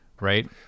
Right